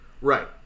Right